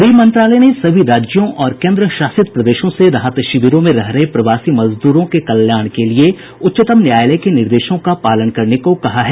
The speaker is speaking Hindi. गृह मंत्रालय ने सभी राज्यों और केंद्र शासित प्रदेशों से राहत शिविरों में रह रहे प्रवासी मजदूरों के कल्याण के लिए उच्चतम न्यायालय के निर्देशों का पालन करने को कहा है